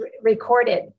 recorded